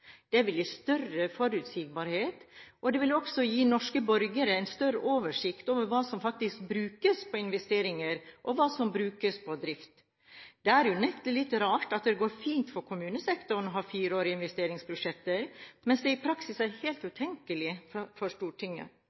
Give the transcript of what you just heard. Det vil gi større forutsigbarhet, og det vil også gi norske borgere en større oversikt over hva som faktisk brukes på investeringer, og hva som brukes på drift. Det er unektelig litt rart at det går fint for kommunesektoren å ha fireårige investeringsbudsjetter, mens det i praksis er helt utenkelig for Stortinget.